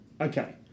Okay